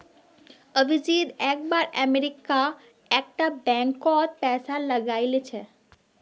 अभिजीत एक बार अमरीका एक टा बैंक कोत पैसा लगाइल छे